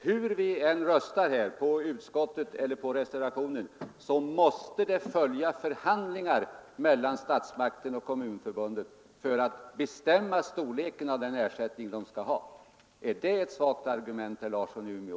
Hur vi än röstar — för utskottets hemställan eller för reservationen — måste det följa förhandlingar mellan statsmakten och kommunförbunden för att bestämma storleken av den ersättning de skall ha. Är det ett svagt argument, herr Larsson i Umeå?